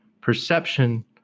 perception